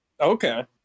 Okay